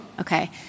Okay